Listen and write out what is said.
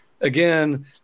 Again